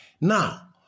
Now